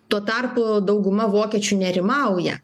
tuo tarpu dauguma vokiečių nerimauja